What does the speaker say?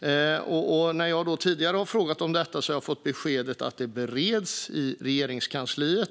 När jag frågat om detta tidigare har jag fått beskedet att det bereds i Regeringskansliet.